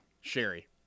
sherry